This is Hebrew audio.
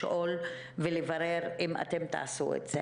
לשאול ולברר אם תעשו את זה.